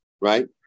right